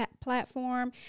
platform